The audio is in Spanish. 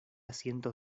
cientos